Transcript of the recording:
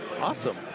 Awesome